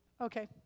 Okay